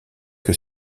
que